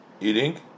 eating